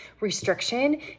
restriction